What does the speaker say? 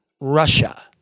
Russia